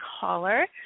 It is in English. caller